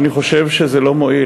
אני חושב שזה לא מועיל.